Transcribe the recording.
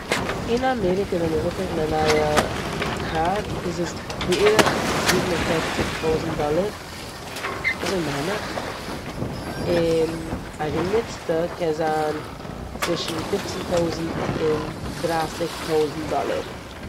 אין אמעריקע ווען מ'וויל קויפן א נייע קאר איז עס בערך זיבן און פערציג טויזנט דאללער, אזוי מיין איך און א גענוצטע קען זיין צווישן פופצן טויזנט און דרייסיג טויזנט דאללער.